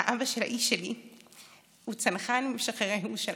האבא של האיש שלי הוא צנחן ממשחררי ירושלים,